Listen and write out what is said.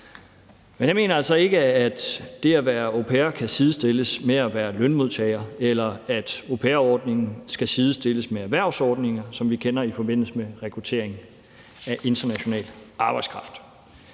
Men jeg mener altså ikke, at det at være au pair kan sidestilles med at være lønmodtager, eller at au pair-ordningen skal sidestilles med erhvervsordninger, som vi kender i forbindelse med rekruttering af international arbejdskraft.